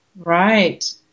Right